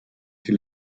die